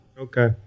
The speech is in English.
Okay